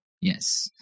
Yes